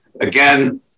again